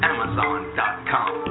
Amazon.com